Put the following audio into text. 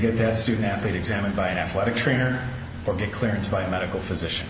give the student athlete examined by an athletic trainer or get clearance by a medical physician